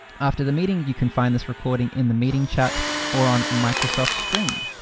after the meeting, you can find this recording in the meeting chat or on microsoft stream.